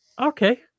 Okay